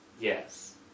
Yes